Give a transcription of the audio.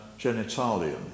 genitalium